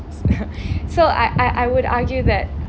s~ so I I would argue that